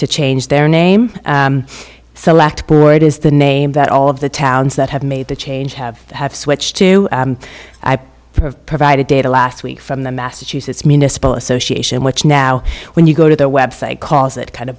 to change their name select boyd is the name that all of the towns that have made the change have have switched to i provided data last week from the massachusetts municipal association which now when you go to their website calls it kind of